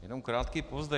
Jenom krátký povzdech.